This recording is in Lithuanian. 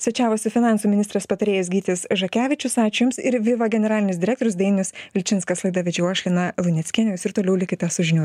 svečiavosi finansų ministrės patarėjas gytis žakevičius ačiū jums ir viva generalinis direktorius dainius vilčinskas laidą vedžiau aš lina luneckienė jūs ir toliau likite su žinių